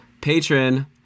patron